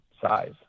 size